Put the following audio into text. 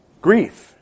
Grief